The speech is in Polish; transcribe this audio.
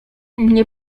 nie